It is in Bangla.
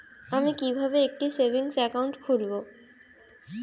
আমি কিভাবে একটি সেভিংস অ্যাকাউন্ট খুলব?